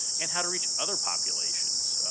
and how to reach other populations,